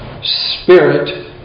Spirit